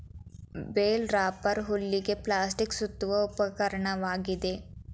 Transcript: bale wrapper ಹುಲ್ಲಿಗೆ plastic ಸುತ್ತುವ ಉಪಕರಣವಾಗಿದೆ